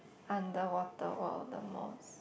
underwater world the most